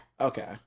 Okay